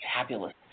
fabulous